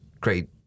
great